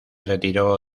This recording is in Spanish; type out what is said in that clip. retiró